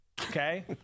okay